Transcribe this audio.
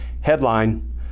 headline